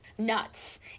nuts